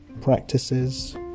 practices